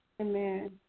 Amen